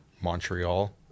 Montreal